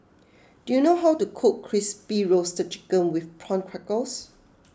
do you know how to cook Crispy Roasted Chicken with Prawn Crackers